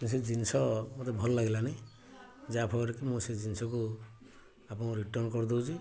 ସେ ଜିନିଷ ମୋତେ ଭଲ ଲାଗିଲାନି ଯାହାଫଳରେ କି ମୁଁ ସେ ଜିନିଷକୁ ଆପଣଙ୍କୁ ରିଟର୍ଣ୍ଣ କରିଦେଉଛି